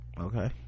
Okay